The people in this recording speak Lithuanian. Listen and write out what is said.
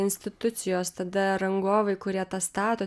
institucijos tada rangovai kurie tą stato